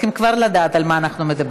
אז צריכים כבר לדעת על מה אנחנו מדברים.